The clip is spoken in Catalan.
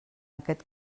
aquest